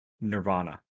Nirvana